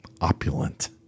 opulent